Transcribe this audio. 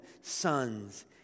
sons